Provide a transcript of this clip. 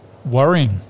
Worrying